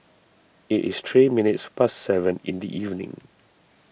it is three minutes past seven in the evening